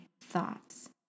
thoughts